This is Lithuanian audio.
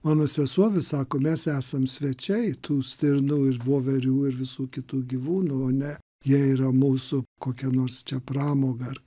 mano sesuo vis sako mes esam svečiai tų stirnų ir voverių ir visų kitų gyvūnų o ne jie yra mūsų kokia nors čia pramoga ar